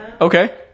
Okay